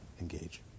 engage